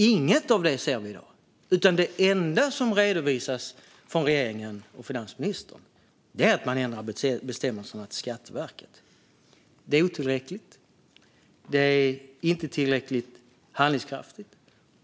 Inget av det ser vi i dag, utan det enda som redovisas från regeringen och finansministern är att man ändrar bestämmelserna för Skatteverket. Det är otillräckligt. Det är inte tillräckligt handlingskraftigt.